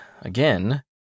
again